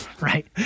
Right